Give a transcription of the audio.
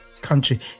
country